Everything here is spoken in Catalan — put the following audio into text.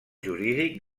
jurídic